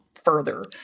further